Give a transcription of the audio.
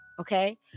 Okay